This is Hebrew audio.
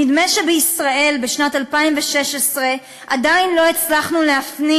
נדמה שבישראל בשנת 2016 עדיין לא הצלחנו להפנים